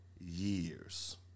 years